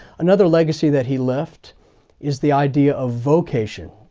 another legacy that he left is the idea of vocation.